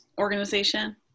organization